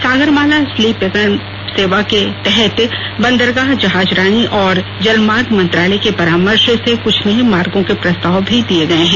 Sagarmala seaplane सेवा के तहत बंदरगाह जहाजरानी और जलमार्ग मंत्रालय के परामर्श से कुछ नये मार्गो के प्रस्ताव भी दिये गये हैं